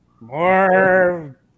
More